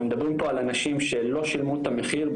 אנחנו מדברים פה על אנשים שלא שילמו את המחיר,